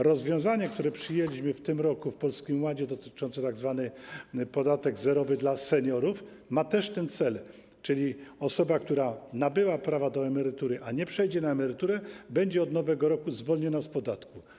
Rozwiązanie, które przyjęliśmy w tym roku w Polskim Ładzie, tzw. podatek zerowy dla seniorów, też ma ten cel, czyli osoba, która nabyła prawa do emerytury, ale nie przejdzie na emeryturę, będzie od nowego roku zwolniona z podatku.